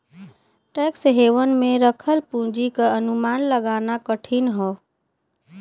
tax haven में रखल पूंजी क अनुमान लगाना कठिन हौ